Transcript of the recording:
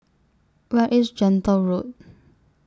Where IS Gentle Road